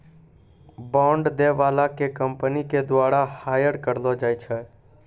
bond दै बाला के कंपनी के द्वारा हायर करलो जाय छै